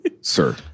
sir